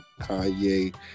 Kanye